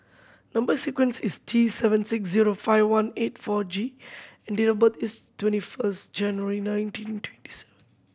number sequence is T seven six zero five one eight four G and date of birth is twenty first January nineteen twenty seven